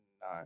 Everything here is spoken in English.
no